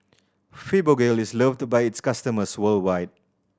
Fibogel is loved by its customers worldwide